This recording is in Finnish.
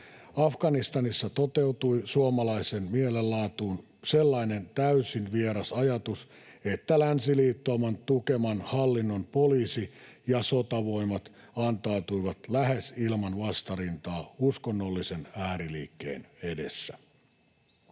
Afganistanissa toteutui suomalaisen mielenlaatuun sellainen täysin vieras ajatus, että länsiliittouman tukeman hallinnon poliisi ja sotavoimat antautuivat lähes ilman vastarintaa uskonnollisen ääriliikkeen edessä.